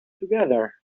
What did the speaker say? together